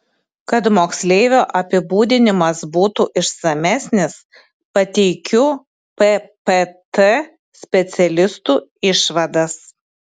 kad moksleivio apibūdinimas būtų išsamesnis pateikiu ppt specialistų išvadas